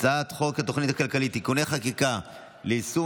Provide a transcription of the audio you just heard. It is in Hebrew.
התוכנית הכלכלית (תיקוני חקיקה ליישום